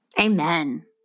Amen